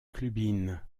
clubin